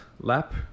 lap